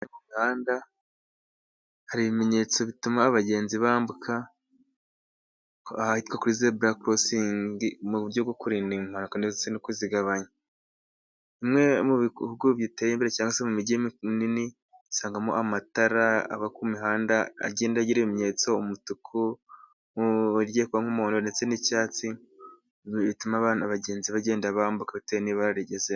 Ku muhanda hari ibimenyetso bituma abagenzi bambuka ahitwa kuri zebura korosingi, mu buryo bwo kurinda impanuka cyangwa se no kuzigabanya. Muri bimwe mu bihugu cyangwa se imijyi minini usangamo amatara aba ku mihanda, agenda agira ibimenyetso umutuku, irigiye kuba nk'umuhondo ndetse n'icyatsi bituma abagenzi bagenda bambuka bitewe n'ibara rigezemo.